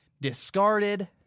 Discarded